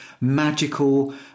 magical